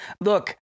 look